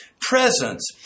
presence